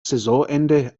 saisonende